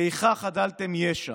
איכה חדלתם ישע?